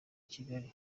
kigali